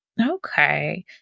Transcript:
Okay